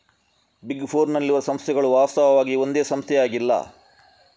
big ಫೋರ್ನ್ ನಲ್ಲಿರುವ ಸಂಸ್ಥೆಗಳು ವಾಸ್ತವವಾಗಿ ಒಂದೇ ಸಂಸ್ಥೆಯಾಗಿಲ್ಲ